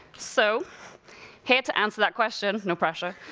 so here to answer that question, no pressure,